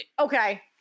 okay